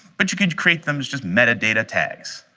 but you could create them as just metadata tags.